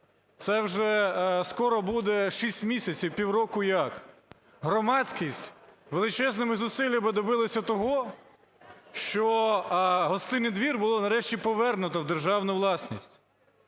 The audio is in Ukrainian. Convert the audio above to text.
це вже скоро буде шість місяців, півроку, як громадськість величезними зусиллями добилися того, що Гостинний двір було нарешті повернуто в державну власність.